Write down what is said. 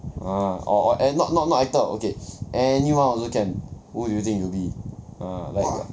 !huh! or or and not not not actor okay anyone also can who do you think you will be ah